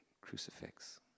crucifix